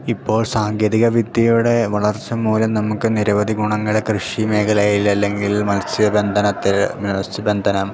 ഇപ്പോൾ സാങ്കേതിക വിദ്യയുടെ വളർച്ച മൂലം നമുക്ക് നിരവധി ഗുണങ്ങൾ കൃഷി മേഖലയിൽ അല്ലെങ്കിൽ മൽസ്യ ബന്ധനത്തിൽ മൽസ്യ ബന്ധനം